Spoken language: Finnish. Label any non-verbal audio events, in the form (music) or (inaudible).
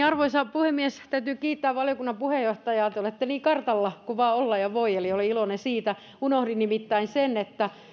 (unintelligible) arvoisa puhemies täytyy kiittää valiokunnan puheenjohtajaa te olette niin kartalla kuin vain olla ja voi eli olen iloinen siitä unohdin nimittäin sen